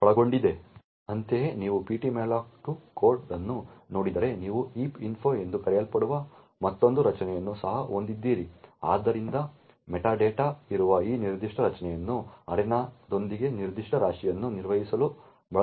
ಅಂತೆಯೇ ನೀವು ptmalloc2 code ಅನ್ನು ನೋಡಿದರೆ ನೀವು heap info ಎಂದು ಕರೆಯಲ್ಪಡುವ ಮತ್ತೊಂದು ರಚನೆಯನ್ನು ಸಹ ಹೊಂದಿದ್ದೀರಿ ಆದ್ದರಿಂದ ಮೆಟಾ ಡೇಟಾದಂತೆ ಇರುವ ಈ ನಿರ್ದಿಷ್ಟ ರಚನೆಯನ್ನು ಅರೆನಾದೊಂದಿಗೆ ನಿರ್ದಿಷ್ಟ ರಾಶಿಗಳನ್ನು ನಿರ್ವಹಿಸಲು ಬಳಸಲಾಗುತ್ತದೆ